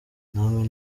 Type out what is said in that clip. namwe